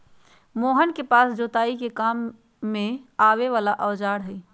मोहन के पास जोताई के काम में आवे वाला औजार हई